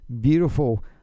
beautiful